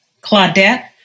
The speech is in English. Claudette